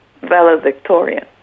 valedictorian